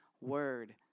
word